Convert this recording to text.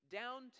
down